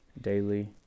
daily